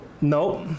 Nope